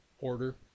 order